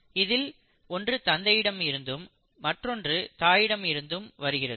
இதில் ஒன்று தந்தையிடம் இருந்தும் மற்றொன்று தாயிடம் இருந்தும் வருகிறது